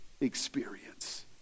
experience